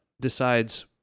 decides